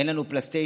אין לנו פלייסטיישן,